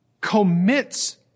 commits